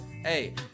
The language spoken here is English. Hey